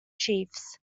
chiefs